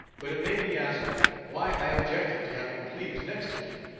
but it may be asked why i objected to having plebes next to me.